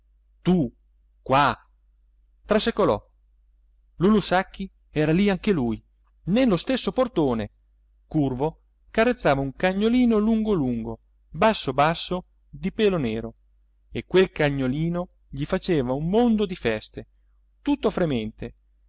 tu qua trasecolò lulù sacchi era lì anche lui nello stesso portone curvo carezzava un cagnolino lungo lungo basso basso di pelo nero e quel cagnolino gli faceva un mondo di feste tutto fremente